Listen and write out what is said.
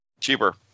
Cheaper